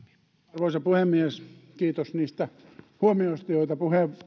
arvoisa puhemies kiitos niistä huomioista joita